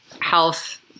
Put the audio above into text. health